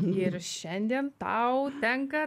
ir šiandien tau tenka